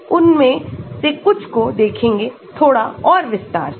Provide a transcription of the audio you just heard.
हम उनमें से कुछ को देखेंगे थोड़ा और विस्तार से